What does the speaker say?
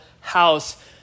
house